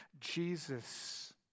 Jesus